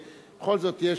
ובכל זאת יש,